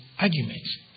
arguments